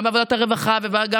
גם בוועדת הרווחה והעבודה,